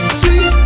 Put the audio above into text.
sweet